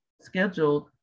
scheduled